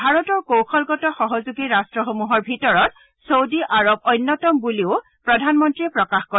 ভাৰতৰ কৌশলগত সহযোগী ৰাষ্ট্ৰসমূহৰ ভিতৰত চৌদি আৰৱ অন্যতম বুলিও প্ৰধানমন্ত্ৰীয়ে প্ৰকাশ কৰে